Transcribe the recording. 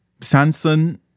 Sanson